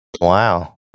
Wow